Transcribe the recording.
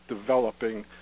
developing